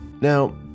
Now